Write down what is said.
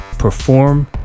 perform